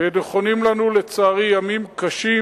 ונכונים לנו, לצערי, ימים קשים.